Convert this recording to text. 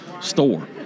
store